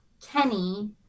Kenny